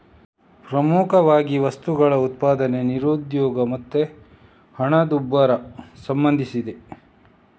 ಪ್ರಮುಖವಾಗಿ ವಸ್ತುಗಳ ಉತ್ಪಾದನೆ, ನಿರುದ್ಯೋಗ ಮತ್ತೆ ಹಣದ ಉಬ್ಬರಕ್ಕೆ ಸಂಬಂಧಿಸಿದೆ